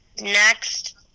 Next